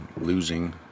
losing